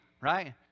right